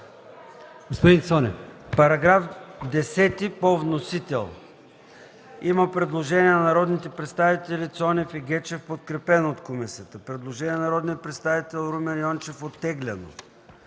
ЙОРДАН ЦОНЕВ: По § 10 по вносител има предложение от народните представители Цонев и Гечев, подкрепено от комисията. Предложение от народния представител Румен Йончев – оттеглено.